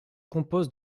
composent